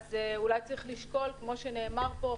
אז אולי יש לשקול כפי שנאמר פה,